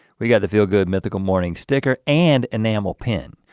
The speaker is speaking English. we got the feel good mythical morning sticker and enamel pin.